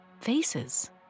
faces